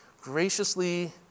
graciously